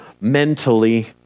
mentally